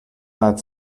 that